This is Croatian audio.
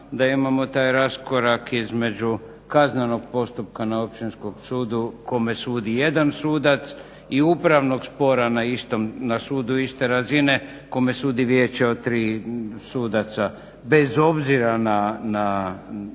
da imamo taj raskorak između kaznenog postupka na općinskom sudu kome sudi jedan sudac i upravnog spora na sudu iste razine kome sudi vijeće od tri suca, bez obzira na